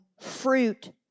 fruit